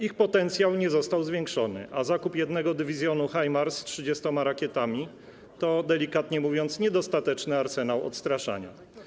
Ich potencjał nie został zwiększony, a zakup jednego dywizjonu HIMARS z 30 rakietami to, delikatnie mówiąc, niedostateczny arsenał odstraszania.